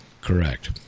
Correct